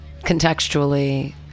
Contextually